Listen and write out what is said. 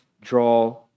draw